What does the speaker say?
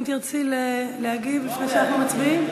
האם תרצי להגיב לפני שאנחנו מצביעים?